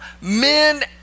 men